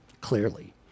clearly